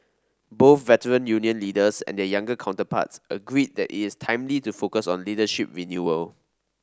both veteran union leaders and their younger counterparts agreed that it's timely to focus on leadership renewal